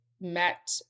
met